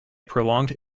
prolonged